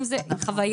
ופיסית.